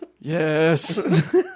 Yes